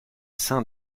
sein